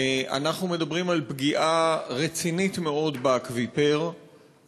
אנחנו מדברים על פגיעה רצינית מאוד באקוויפר,